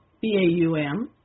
B-A-U-M